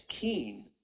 keen